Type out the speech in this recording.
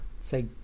say